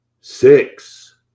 six